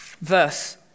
verse